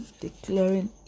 declaring